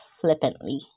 flippantly